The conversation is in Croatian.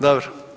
Dobro.